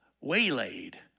waylaid